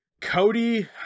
Cody